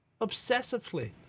Obsessively